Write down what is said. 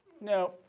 no